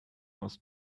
ost